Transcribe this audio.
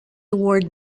award